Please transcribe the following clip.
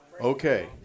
okay